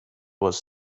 was